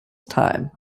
time